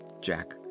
Jack